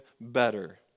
better